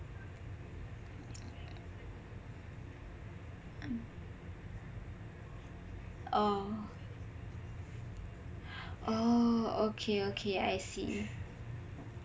orh oh okay okay I see